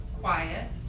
quiet